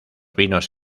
vinos